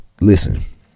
Listen